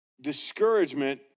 Discouragement